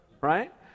right